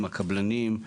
הקבלנים,